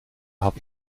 had